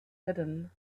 hidden